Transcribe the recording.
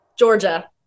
Georgia